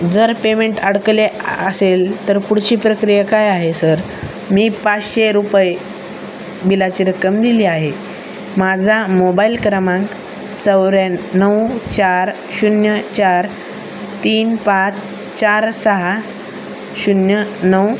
जर पेमेंट अडकले असेल तर पुढची प्रक्रिया काय आहे सर मी पाचशे रुपये बिलाची रक्कम दिली आहे माझा मोबाईल क्रमांक चौऱ्या नऊ चार शून्य चार तीन पाच चार सहा शून्य नऊ